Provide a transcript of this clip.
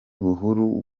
buhuru